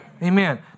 Amen